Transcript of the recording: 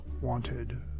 wanted